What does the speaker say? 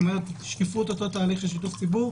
כלומר שקיפות אותו תהליך של שיתוף ציבור.